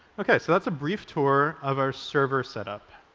ok, so that's a brief tour of our server setup.